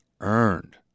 earned